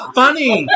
funny